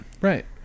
Right